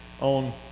on